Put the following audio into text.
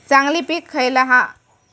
चांगली पीक खयला हा?